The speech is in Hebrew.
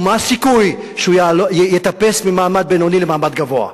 ומה הסיכוי שהוא יטפס ממעמד בינוני למעמד גבוה?